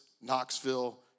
Knoxville